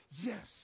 Yes